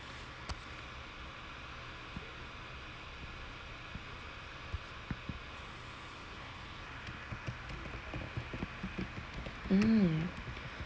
mm